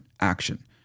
action